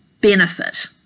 benefit